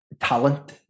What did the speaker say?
talent